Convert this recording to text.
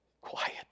quiet